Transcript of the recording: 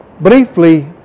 Briefly